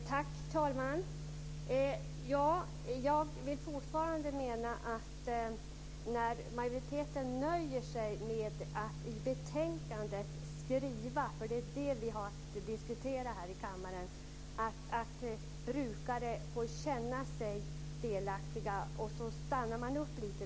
Herr talman! Jag vill fortfarande mena att majoriteten nöjer sig med att i betänkandet skriva - och det är det vi har att diskutera här i kammaren - att brukare får känna sig delaktiga. Där stannar man upp.